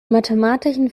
mathematischen